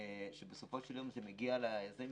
שבסופו של יום זה מגיע לזה.